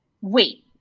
wait